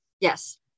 Yes